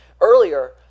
earlier